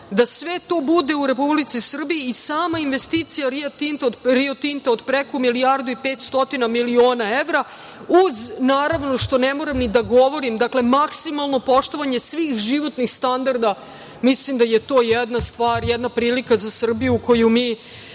da sve to bude u Republici Srbiji, i sama investicija „Rio Tinta“ od preko milijardu i pet stotina miliona evra, uz naravno, što ne moram ni da govorim, dakle maksimalno poštovanje svih životnih standarda, mislim da je to jedna stvar i jedan prilika za Srbiju koju mi